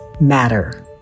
matter